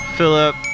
Philip